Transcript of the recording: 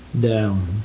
down